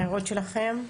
הערות שלכם.